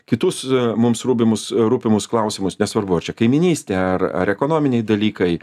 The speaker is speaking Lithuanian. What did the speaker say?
kitus mums rūbimus rūpimus klausimus nesvarbu ar čia kaimynystė ar ar ekonominiai dalykai